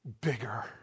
bigger